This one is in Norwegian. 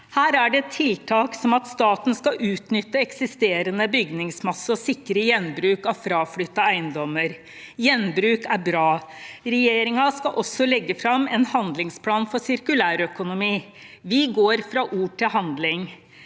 Der er det tiltak som at staten skal utnytte eksisterende bygningsmasse og sikre gjenbruk av fraflyttede eiendommer. Gjenbruk er bra! Regjeringen skal også legge fram en handlingsplan for sirkulærøkonomi. Vi går fra ord til handling.